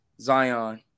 Zion